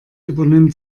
übernimmt